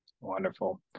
Wonderful